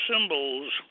symbols